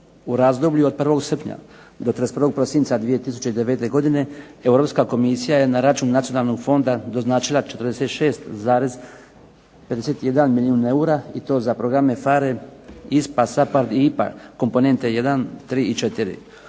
U razdoblju od 1. srpnja do 31. prosinca 2009. godine Europska komisija je na račun Nacionalnog fonda doznačila 46,51 milijun eura i to za programe PHARE, ISPA, SAPARD i IPA komponente I, III i